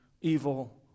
evil